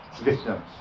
victims